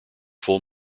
full